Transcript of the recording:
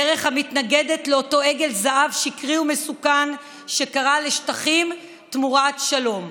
דרך המתנגדת לאותו עגל זהב שקרי ומסוכן שקרא לשטחים תמורת שלום.